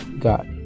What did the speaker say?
got